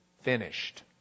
finished